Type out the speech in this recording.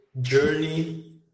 journey